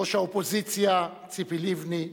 ראש האופוזיציה ציפי לבני,